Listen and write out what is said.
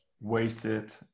wasted